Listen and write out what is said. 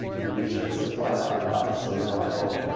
and we should supply by opposite and rival